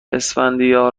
اسفندیار